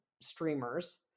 streamers